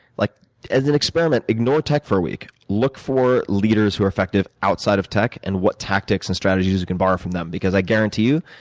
like as an experiment, ignore tech for a week. look for leaders who are effective outside of tech, and what tactics and strategies you can borrow from them because, i guarantee you,